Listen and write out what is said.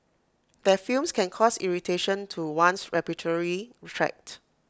their fumes can cause irritation to one's respiratory tract